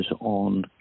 on